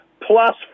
plus